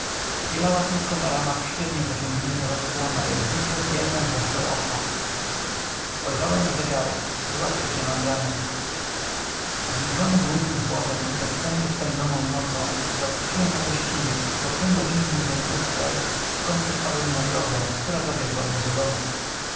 bielała tylko na ramach sztywnie zaciągnięta zasłona jak duże bielmem zaszłe oko spojrzałem na zegarek była trzecia nad ranem znużony długim chodem i bezsennie spędzoną nocą zawróciłem na gościniec i po pół godzinnej wędrówce wkońcu wpadłem na drogę która zawiodła mnie do domu